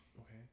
Okay